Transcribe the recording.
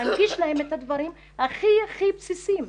להנגיש להן את הדברים הכי הכי בסיסיים.